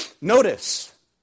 Notice